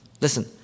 Listen